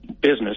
business